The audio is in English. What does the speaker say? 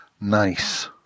nice